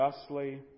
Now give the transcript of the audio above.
justly